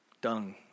Dung